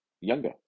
younger